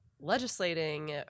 legislating